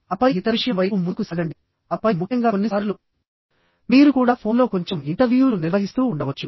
ఆపై ఇతర విషయం వైపు ముందుకు సాగండిఆపై ముఖ్యంగా కొన్నిసార్లు మీరు కూడా ఫోన్లో కొంచెం ఇంటర్వ్యూలు నిర్వహిస్తూ ఉండవచ్చు